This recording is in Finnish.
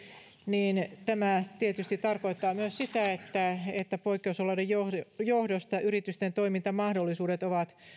niin tämä tietysti tarkoittaa myös sitä että poikkeusolojen johdosta johdosta yritysten toimintamahdollisuudet ovat